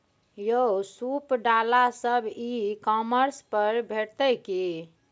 यौ सूप डाला सब ई कॉमर्स पर भेटितै की?